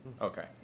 Okay